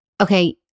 okay